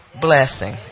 blessing